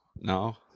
no